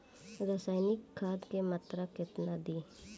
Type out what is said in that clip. रसायनिक खाद के मात्रा केतना दी?